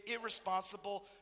irresponsible